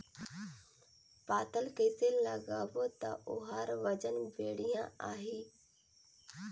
पातल कइसे लगाबो ता ओहार वजन बेडिया आही?